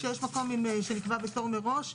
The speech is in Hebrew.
כשיש מקום שנקבע בתור מראש,